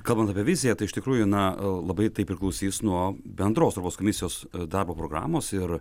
kalbant apie viziją tai iš tikrųjų na labai tai priklausys nuo bendros europos komisijos darbo programos ir